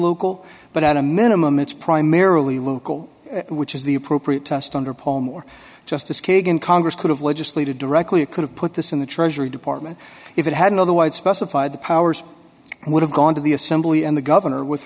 local but at a minimum it's primarily local which is the appropriate test under palm or justice kagan congress could have legislated directly it could have put this in the treasury department if it had another wide specify the powers would have gone to the assembly and the governor with